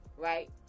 Right